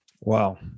Wow